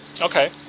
Okay